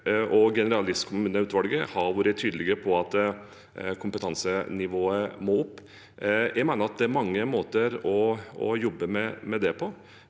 generalistkommuneutvalget har vært tydelig på at kompetansenivået må opp. Jeg mener at det er mange måter å jobbe med det på,